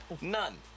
None